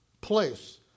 place